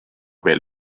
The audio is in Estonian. veel